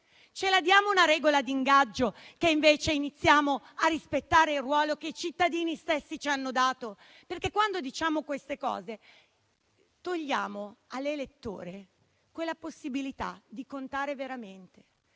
Diamoci una regola di ingaggio per cui, invece, iniziamo a rispettare il ruolo che i cittadini stessi ci hanno dato. Quando diciamo queste cose, togliamo all'elettore la possibilità di contare veramente;